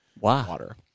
water